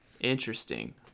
Interesting